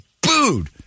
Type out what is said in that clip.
booed